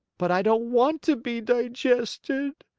but i don't want to be digested,